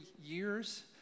years